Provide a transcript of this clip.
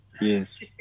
Yes